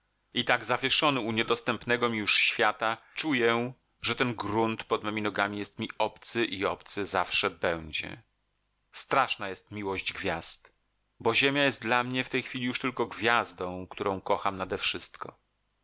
i tak zawieszony u niedostępnego mi już świata czuję że ten grunt pod memi nogami jest mi obcy i obcy zawsze będzie straszna jest miłość gwiazd bo ziemia jest dla mnie w tej chwili już tylko gwiazdą którą kocham